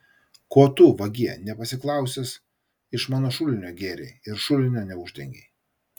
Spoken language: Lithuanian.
ko tu vagie nepasiklausęs iš mano šulinio gėrei ir šulinio neuždengei